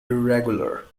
irregular